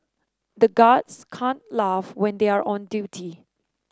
the guards can't laugh when they are on duty